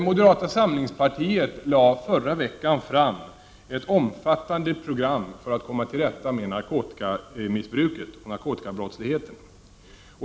Moderata samlingspartiet lade förra veckan fram ett omfattande program som handlar om hur vi skall komma till rätta med narkotikamissbruket och narkotikabrottsligheten.